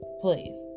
please